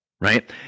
right